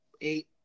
eight